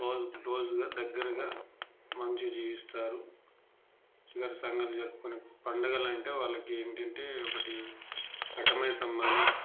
close క్లోజ్గా దగ్గరగా మంచి జీవిస్తారు ఇక్కడ సంఘాలు జరుపుకొనే పండుగలంటే వాళ్ళకి ఏంటంటే ఒకటి కట్ట మైసమ్మని